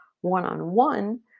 one-on-one